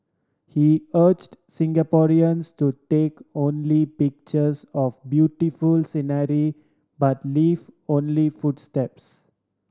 he urged Singaporeans to take only pictures of beautiful scenery but leave only footsteps